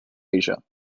asia